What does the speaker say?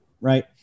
right